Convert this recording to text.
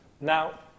Now